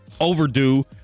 Overdue